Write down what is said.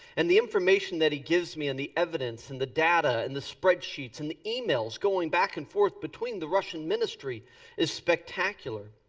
and the information that he gives me and the evidence and the data and the spreadsheets and the emails going back and forth between the russian ministry is spectacular.